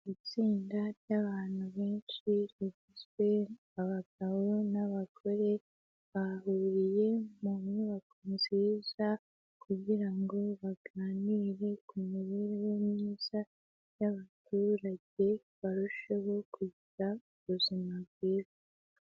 Itsinda ry'abantu benshi rigizwe abagabo n'abagore, bahuriye mu nyubako nziza kugira ngo baganire ku mibereho myiza y'abaturage, barusheho kugira ubuzima bwiza.